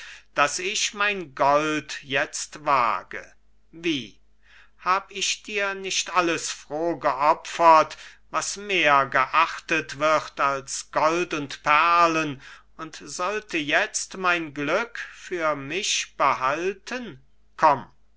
daß ich mein gold jetzt wage wie hab ich dir nicht alles froh geopfert was mehr geachtet wird als gold und perlen und sollte jetzt mein glück für mich behalten komm